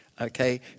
Okay